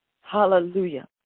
Hallelujah